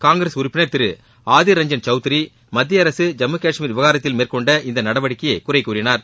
காங்கிரஸ் உறுப்பினர் திரு ஆதிர் ரஞ்சன் சௌத்ரி மத்திய அரசு ஜம்மு கஷ்மீர் விவகாரத்தில் மேற்கொண்ட இந்த நடவடிக்கையை குறை கூறினார்